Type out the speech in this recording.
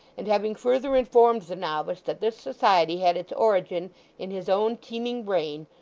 and having further informed the novice that this society had its origin in his own teeming brain,